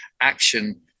action